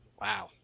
Wow